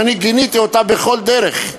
שאני גיניתי בכל דרך,